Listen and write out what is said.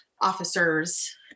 officers